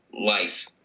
life